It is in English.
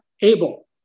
able